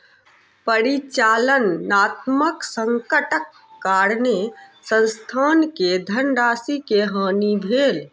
परिचालनात्मक संकटक कारणेँ संस्थान के धनराशि के हानि भेल